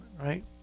right